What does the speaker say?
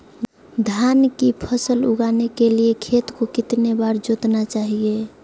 धान की फसल उगाने के लिए खेत को कितने बार जोतना चाइए?